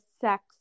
sex